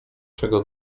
czego